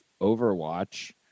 Overwatch